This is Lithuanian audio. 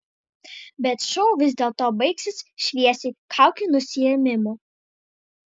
bet šou vis dėlto baigsis šviesiai kaukių nusiėmimu